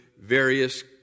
various